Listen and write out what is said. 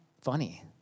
funny